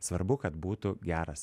svarbu kad būtų geras